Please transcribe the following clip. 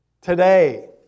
Today